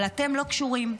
אבל אתם לא קשורים.